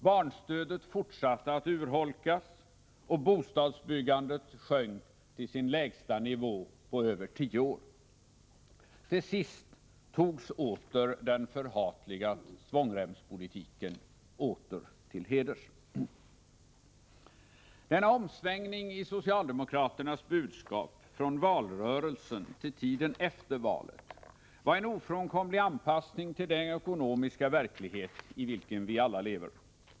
Barnstödet fortsatte att urholkas, och bostadsbyggandet sjönk till sin lägsta nivå på över tio år, Till sist togs också den förhatliga svångremspolitiken åter till heders. Denna omsvängning i socialdemokraternas budskap från valrörelsen till tiden efter valet var en ofrånkomlig anpassning till den ekonomiska verklighet i vilken vi alla lever.